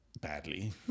badly